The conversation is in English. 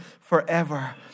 forever